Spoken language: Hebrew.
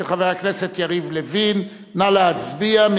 של חבר הכנסת יריב לוין, נא להצביע.